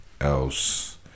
else